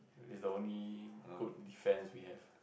is the only good defence we have